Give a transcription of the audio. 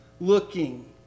Looking